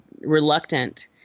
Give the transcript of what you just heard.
reluctant